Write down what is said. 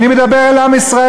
אני מדבר אל עם ישראל,